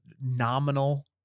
nominal